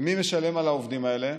ומי ישלם על העובדים האלה?